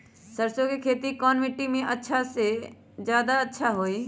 सरसो के खेती कौन मिट्टी मे अच्छा मे जादा अच्छा होइ?